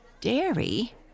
Dairy